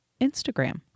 Instagram